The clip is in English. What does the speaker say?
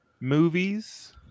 movies